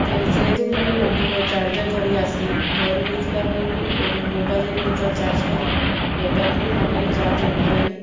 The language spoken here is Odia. ତ ସେତୁ ମୁଁ ଚାର୍ଜର ଧରିକି ଆସିଲି ଘରେ ଦେଖିଲା ବେଳକୁ ମୋବାଇଲରେ ଯେତେବେଳେ ଚାର୍ଜ କଲି ମୋବାଇଲରେ ଜମାରୁ ଚାର୍ଜ ଉଠେଇଲାନି